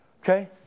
Okay